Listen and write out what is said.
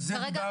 על זה דיברתי.